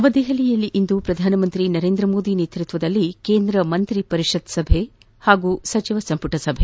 ನವದೆಹಲಿಯಲ್ಲಿಂದು ಪ್ರಧಾನಮಂತಿ ನರೇಂದ ಮೋದಿ ನೇತ್ಪತ್ನದಲ್ಲಿ ಕೇಂದ್ರ ಮಂತ್ರಿ ಪರಿಷತ್ ಸಭೆ ಹಾಗೂ ಸಚಿವ ಸಂಪುಟ ಸಭೆ